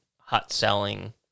hot-selling